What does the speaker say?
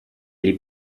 gli